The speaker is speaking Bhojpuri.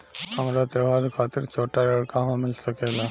हमरा त्योहार खातिर छोटा ऋण कहवा मिल सकेला?